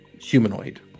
Humanoid